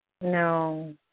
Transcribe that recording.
No